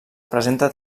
presenta